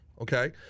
okay